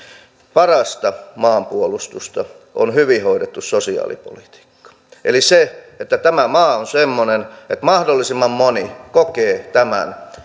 parasta maanpuolustusta on hyvin hoidettu sosiaalipolitiikka eli se että tämä maa on semmoinen että mahdollisimman moni kokee tämän